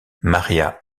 maria